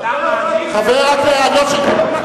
אדם דתי לא יכול להיות בקדימה.